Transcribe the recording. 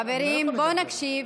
חברים, בואו נקשיב.